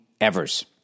Evers